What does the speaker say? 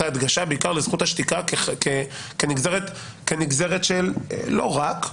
ההדגשה בעיקר לזכות השתיקה כנגזרת לא רק,